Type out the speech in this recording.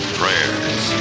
prayers